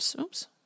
Oops